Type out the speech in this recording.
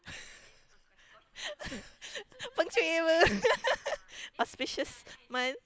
fenshui apa auspicious month